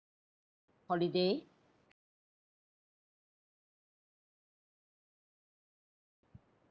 holiday